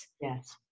Yes